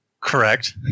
Correct